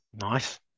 Nice